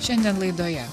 šiandien laidoje